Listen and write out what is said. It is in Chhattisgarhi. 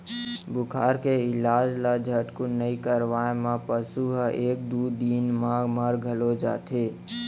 बुखार के इलाज ल झटकुन नइ करवाए म पसु ह एक दू दिन म मर घलौ जाथे